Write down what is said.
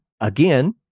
again